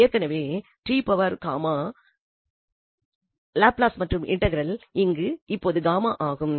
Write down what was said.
ஏற்கெனவே இன் லாப்லஸ் மற்றும் இந்த இன்டெக்ரல் இங்கு இப்பொழுது ஆகும்